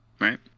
right